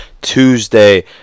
Tuesday